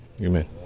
Amen